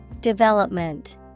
Development